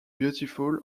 beautiful